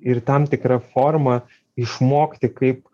ir tam tikra forma išmokti kaip